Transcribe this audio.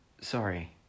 Sorry